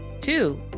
Two